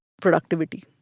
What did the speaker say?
productivity